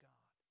God